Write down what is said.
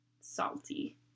salty